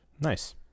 Nice